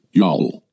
y'all